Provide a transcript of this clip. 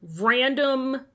random